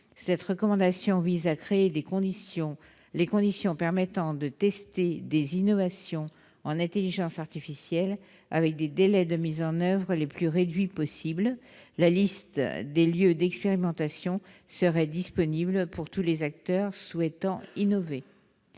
telle recommandation vise à créer les conditions permettant de tester des innovations en intelligence artificielle, avec des délais de mise en oeuvre le plus réduits possible. La liste des lieux d'expérimentation serait à la disposition de tous les acteurs souhaitant innover.